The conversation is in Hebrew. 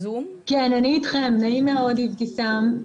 אני איתכם, נעים מאוד אבתיסאם.